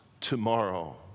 tomorrow